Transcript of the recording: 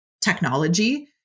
technology